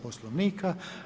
Poslovnika.